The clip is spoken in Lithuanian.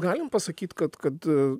galim pasakyt kad kad